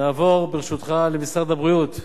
3. נעבור, ברשותך, למשרד הבריאות.